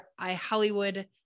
iHollywood